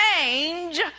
change